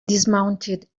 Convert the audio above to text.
dismounted